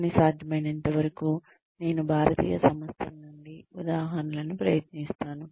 కానీ సాధ్యమైనంతవరకు నేను భారతీయ సంస్థల నుండి ఉదాహరణలను ప్రయత్నిస్తాను